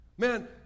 Man